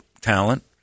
talent